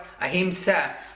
ahimsa